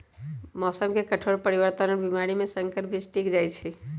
मौसम के कठोर परिवर्तन और बीमारी में संकर बीज टिक जाई छई